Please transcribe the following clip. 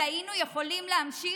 והיינו יכולים להמשיך,